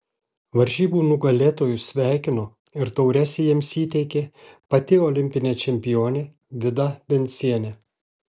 varžybų nugalėtojus sveikino ir taures jiems įteikė pati olimpinė čempionė vida vencienė